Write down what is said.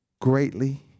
greatly